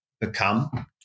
become